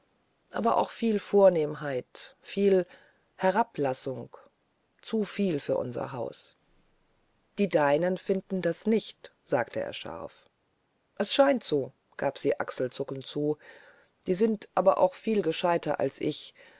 aber auch viel vornehmheit viel herablassung zu viel für unser haus die deinen finden das nicht sagte er scharf es scheint so gab sie achselzuckend zu die sind aber auch viel gescheiter als ich